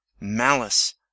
malice